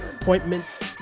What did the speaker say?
appointments